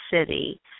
city